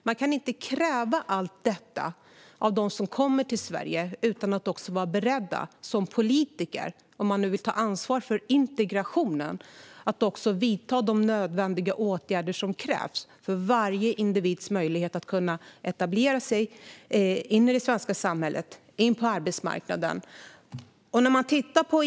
Man kan inte kräva allt detta av dem som kommer till Sverige utan att som politiker vara beredd, om man nu vill ta ansvar för integrationen, att också vidta de åtgärder som krävs för varje individs möjlighet att kunna etablera sig i det svenska samhället och på arbetsmarknaden.